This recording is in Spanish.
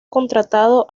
contratado